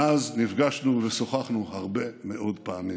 מאז נפגשנו ושוחחנו הרבה מאוד פעמים.